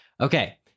Okay